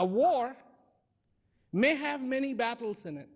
a war may have many battles in it